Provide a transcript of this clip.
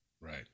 Right